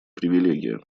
привилегия